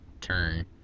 turn